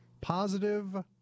positive